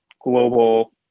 global